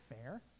fair